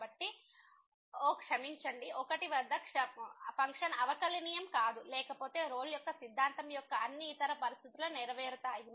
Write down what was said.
కాబట్టి ఓహ్ క్షమించండి 1 వద్ద ఫంక్షన్ అవకలనియమం కాదు లేకపోతే రోల్ యొక్క సిద్ధాంతం యొక్క అన్ని ఇతర పరిస్థితులు నెరవేరుతాయి